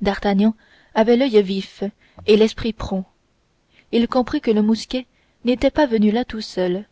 d'artagnan avait l'oeil vif et l'esprit prompt il comprit que le mousquet n'était pas venu là tout seul